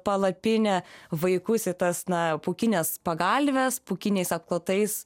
palapinę vaikus į tas na pūkines pagalves pūkiniais apklotais